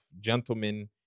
gentlemen